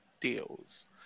deals